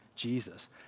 Jesus